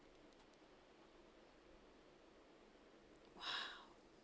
!wow!